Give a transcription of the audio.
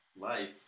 life